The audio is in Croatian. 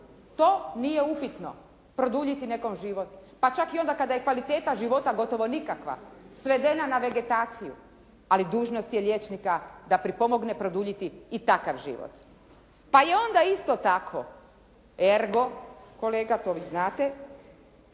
To nije upitno produljiti nekom život, pa čak i onda kada je kvaliteta života gotovo nikakva svedena na vegetaciju, ali dužnost je liječnika da pripomogne produljiti i takav život. Pa i onda isto tako ergo kolega to vi znate